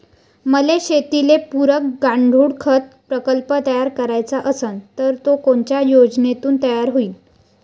मले शेतीले पुरक गांडूळखत प्रकल्प तयार करायचा असन तर तो कोनच्या योजनेतून तयार होईन?